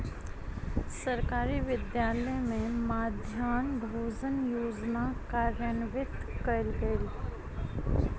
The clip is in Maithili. सरकारी विद्यालय में मध्याह्न भोजन योजना कार्यान्वित कयल गेल